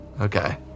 Okay